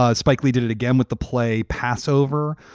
ah spike lee did it again with the play pass over.